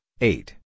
eight